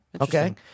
okay